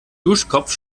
duschkopf